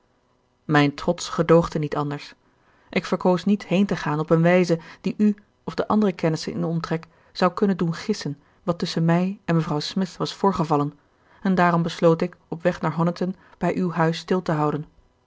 mijn trots gedoogde niet anders ik verkoos niet heen te gaan op een wijze die u of de andere kennissen in de omtrek zou kunnen doen gissen wat tusschen mij en mevrouw smith was voorgevallen en daarom besloot ik op weg naar honiton bij uw huis stil te houden